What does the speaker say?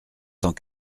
cent